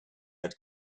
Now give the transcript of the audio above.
had